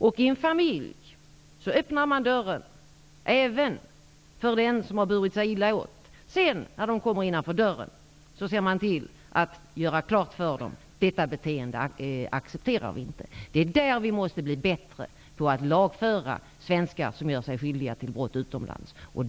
I en familj öppnar man dörren även för dem som har burit sig illa åt. När de sedan kommer innanför dörren, ser man till att göra klart för dem att vi inte accepterar detta beteende. Vi måste bli bättre på att lagföra svenskar som gör sig skyldiga till brott utomlands.